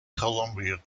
colombia